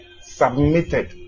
submitted